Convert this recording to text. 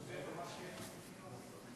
תודה לך).